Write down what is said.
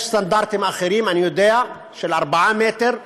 יש סטנדרטים אחרים, אני יודע, של 4 מטר מרובע,